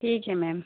ٹھیک ہے میم